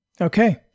Okay